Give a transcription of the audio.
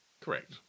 Correct